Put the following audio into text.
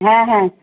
হ্যাঁ হ্যাঁ